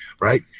right